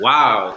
Wow